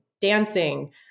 dancing